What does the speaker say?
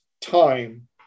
time